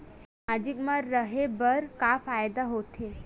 सामाजिक मा रहे बार का फ़ायदा होथे?